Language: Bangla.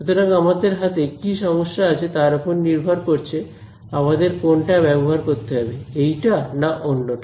সুতরাং আমাদের হাতে কি সমস্যা আছে তার ওপর নির্ভর করছে আমাদের কোনটা ব্যবহার করতে হবে এইটা না অন্যটা